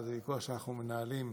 וזה ויכוח שאנחנו מנהלים,